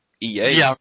EA